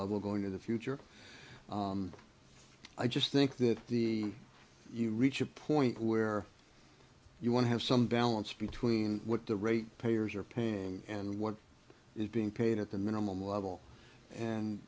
level going in the future i just think that the you reach a point where you want to have some balance between what the rate payers are painting and what is being paid at the minimum level and